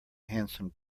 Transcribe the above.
handsome